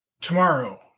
Tomorrow